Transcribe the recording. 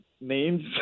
names